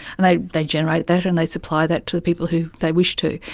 and they they generate that and they supply that to the people who they wish to.